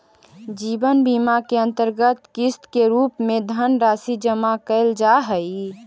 जीवन बीमा के अंतर्गत किस्त के रूप में धनराशि जमा कैल जा हई